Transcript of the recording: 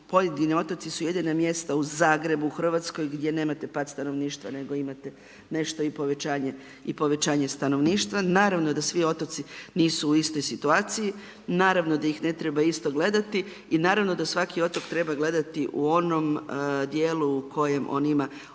pojedini otoci su jedina mjesta u Zagrebu u RH gdje nemate pad stanovništva nego imate nešto i povećanje stanovništva. Naravno da svi otoci nisu u istoj situaciji, naravno da ih ne treba isto gledati i naravno da svaki otok treba gledati u onom dijelu u kojem on ima